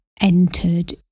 entered